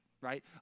right